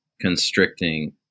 constricting